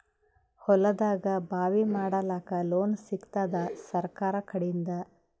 ಹೊಲದಾಗಬಾವಿ ಮಾಡಲಾಕ ಲೋನ್ ಸಿಗತ್ತಾದ ಸರ್ಕಾರಕಡಿಂದ?